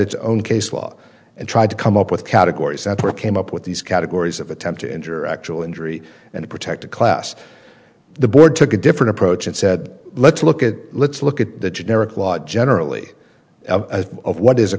its own case law and tried to come up with categories separate came up with these categories of attempt to injure actual injury and a protected class the board took a different approach and said let's look at let's look at the generic law generally of what is a